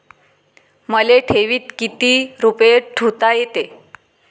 मले ठेवीत किती रुपये ठुता येते?